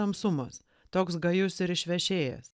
tamsumas toks gajus ir išvešėjęs